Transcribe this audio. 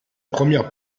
première